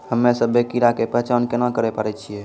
हम्मे सभ्भे कीड़ा के पहचान केना करे पाड़ै छियै?